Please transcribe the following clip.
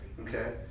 Okay